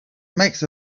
makes